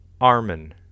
Armin